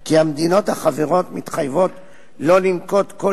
כי המדינות החברות מתחייבות שלא לנקוט כל